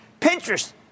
Pinterest